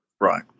right